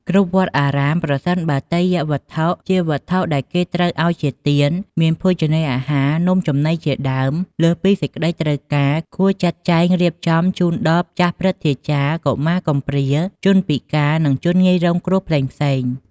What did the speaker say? គ្រប់វត្តអារាម ប្រសិនបើ ទេយ្យវត្ថុ ជាវត្ថុដែលគេត្រូវឱ្យជាទាន មានភោជនាហារ នំចំណីជាដើម លើសពីសេចក្តីត្រូវការ គួរចាត់ចែង រៀបចំជូនដល់ចាស់ព្រឹទ្ធាចារ្យ កុមារកំព្រា ជនពិការ និងជនងាយរងគ្រោះផ្សេងៗ។